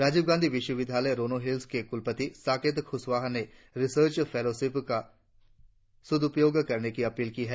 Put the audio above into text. राजीव गांधी विश्वविद्यालय रोनो हिल्स के कुलपति साकेत कुशवाहा ने रिसर्च फेलोशिप का सद्रपयोग करने की अपील की है